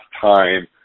time